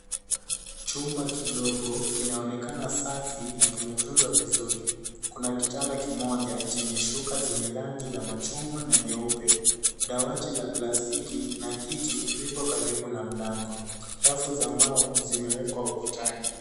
Chumba kidogo kinaonekana safi na kimetunzwa vizuri. Kuna kitanda kimoja chenye shuka zenye rangi za machungwa nyeupe. Dawati la plastiki na kiti vipo karibu na mlango. Rafu za mbao zimewekwa ukutani.